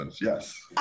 Yes